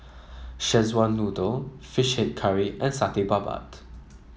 Szechuan Noodle Fish Head Curry and Satay Babat